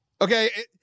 Okay